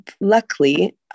Luckily